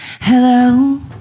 Hello